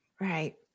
Right